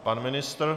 Pan ministr?